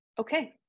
okay